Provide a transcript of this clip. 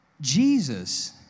Jesus